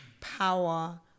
power